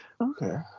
Okay